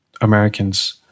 Americans